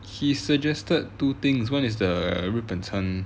he suggested two things [one] is the 日本餐